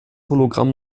hologramm